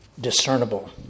discernible